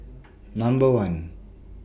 Number one